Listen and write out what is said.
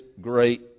great